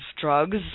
drugs